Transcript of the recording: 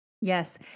Yes